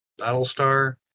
Battlestar